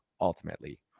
ultimately